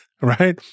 right